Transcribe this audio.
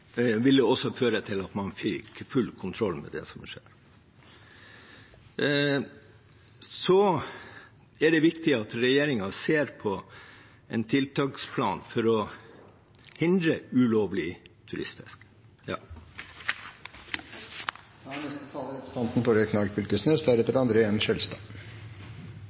også føre til at man fikk full kontroll med det som skjer. Så er det viktig at regjeringen ser på en tiltaksplan for å hindre ulovlig